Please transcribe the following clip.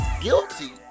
guilty